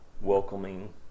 welcoming